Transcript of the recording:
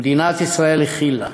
ומדינת ישראל הכילה,